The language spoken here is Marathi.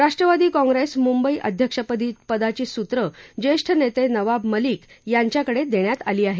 राष्ट्रवादी काँप्रेस मुंबई अध्यक्षपदाची सूत्रं ज्येष्ठ नेते नवाब मलिक यांच्याकडे देण्यात आली आहेत